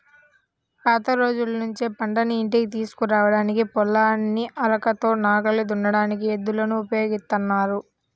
పాత రోజుల్నుంచే పంటను ఇంటికి తీసుకురాడానికి, పొలాన్ని అరకతో నాగలి దున్నడానికి ఎద్దులను ఉపయోగిత్తన్నారు